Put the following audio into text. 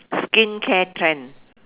skincare trend